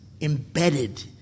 embedded